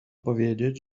powiedzieć